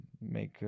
make